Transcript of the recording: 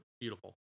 Beautiful